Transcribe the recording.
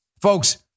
folks